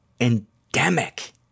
endemic